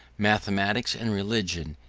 mathematics and religion,